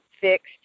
fixed